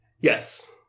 yes